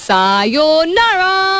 Sayonara